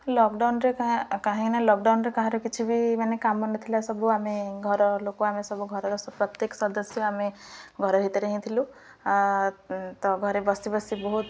ଲକଡାଉନରେ କା କାହିଁକି ନା ଲକଡାଉନରେ କାହାର କିଛି ବି ମାନେ କାମ ନଥିଲା ସବୁ ଆମେ ଘର ଲୋକ ଆମେ ସବୁ ଘରର ପ୍ରତ୍ୟେକ ସଦସ୍ୟ ଆମେ ଘର ଭିତରେ ହିଁ ଥିଲୁ ତ ଘରେ ବସି ବସି ବହୁତ